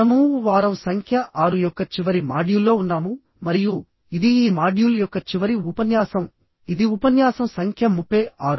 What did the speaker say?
మనము వారం సంఖ్య 6 యొక్క చివరి మాడ్యూల్లో ఉన్నాము మరియు ఇది ఈ మాడ్యూల్ యొక్క చివరి ఉపన్యాసం ఇది ఉపన్యాసం సంఖ్య 36